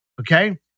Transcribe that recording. Okay